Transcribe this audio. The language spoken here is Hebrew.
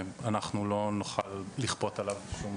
אנחנו לא נוכל לכפות עליו שום דבר.